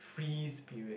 freeze period